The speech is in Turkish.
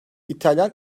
i̇talyan